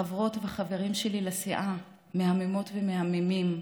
חברות וחברים שלי לסיעה, מהממות ומהממים.